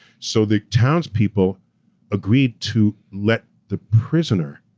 so the townspeople agreed to let the prisoner,